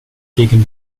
gegen